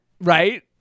Right